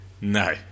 No